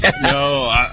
No